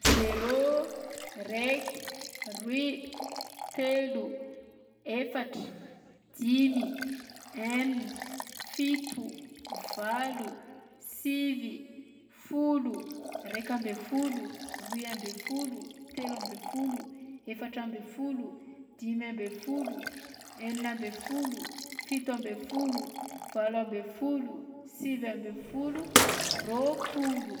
Zéro, raiky, aroy, telo, efatra, dimy, enina, fito, valo, sivy, folo, raika amby folo, roy amby folo, telo amby folo, efatra amby folo, dimy amby folo, enina amby folo, fito amby folo, valo amby folo, sivy amby folo, roapolo.